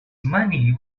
money